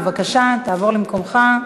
בבקשה, תעבור למקומך.